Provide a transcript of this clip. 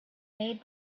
made